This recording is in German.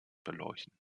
beleuchten